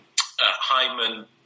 Hyman